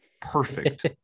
perfect